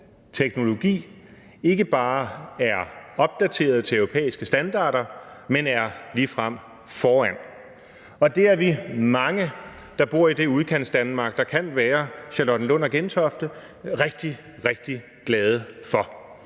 telefonteknologi ikke bare er opdateret til europæiske standarder, men er ligefrem foran, og vi er mange, der bor i det Udkantsdanmark, der kan være Charlottenlund og Gentofte, der er rigtig, rigtig glade for